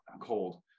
cold